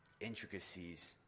intricacies